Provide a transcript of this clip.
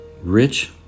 rich